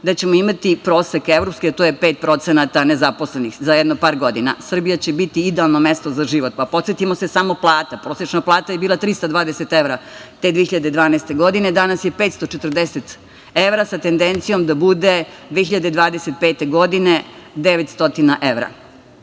da ćemo imati evropski prosek, a to je 5% nezaposlenih, za jedno par godina. Srbija će biti idealno mesto za život. Podsetimo se samo plata, prosečna plata je bila 320 evra, te 2012. godine, danas je 540 evra, sa tendencijom da bude 2025. godine 900 evra. Ono